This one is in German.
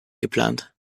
geplant